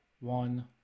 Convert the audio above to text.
one